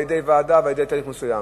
על-ידי ועדה ועל-ידי תהליך מסוים,